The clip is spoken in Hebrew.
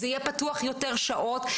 זה יהיה פתוח יותר שעות,